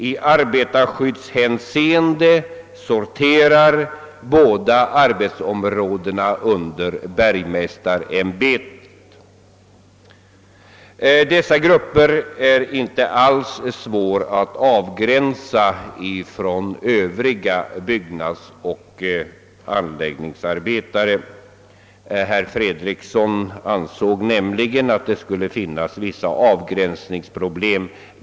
I arbetarskyddshänseende sorterar båda arbetsområdena under bergmästarämbetet. Dessa grupper är alltså inte alls svåra att avgränsa från övriga byggnadsarbetare och anläggningsarbetare. Herr Fredriksson ansåg att det skulle finnas vissa avgränsningsproblem.